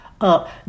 up